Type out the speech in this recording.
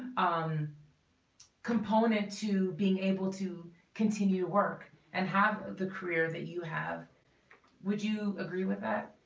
um component to being able to continue work and have the career that you have would you agree with that?